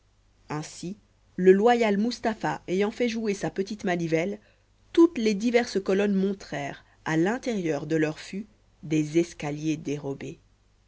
ainsi le loyal mustapha ayant fait jouer sa petite manivelle toutes les diverses colonnes montrèrent à l'intérieur de leurs fûts des escaliers dérobés